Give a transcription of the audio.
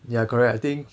ya correct I think